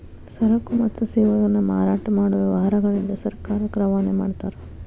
ಸರಕು ಮತ್ತು ಸೇವೆಗಳನ್ನ ಮಾರಾಟ ಮಾಡೊ ವ್ಯವಹಾರಗಳಿಂದ ಸರ್ಕಾರಕ್ಕ ರವಾನೆ ಮಾಡ್ತಾರ